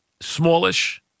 smallish